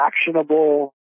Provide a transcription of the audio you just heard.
actionable